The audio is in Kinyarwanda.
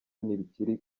ntibikiri